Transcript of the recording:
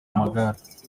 amagare